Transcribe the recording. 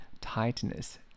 tightness